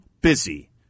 busy